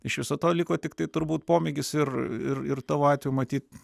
iš viso to liko tiktai turbūt pomėgis ir ir ir tavo atveju matyt